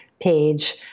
page